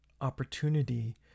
opportunity